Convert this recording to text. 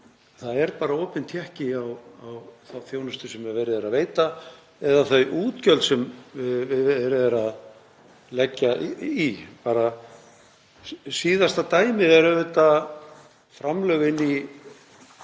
það er bara opinn tékki á þá þjónustu sem verið er að veita eða þau útgjöld sem verið er að leggja í. Síðasta dæmið er auðvitað